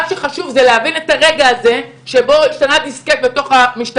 מה שחשוב זה להבין את הרגע הזה שבו השתנה הדיסקט במשטרה,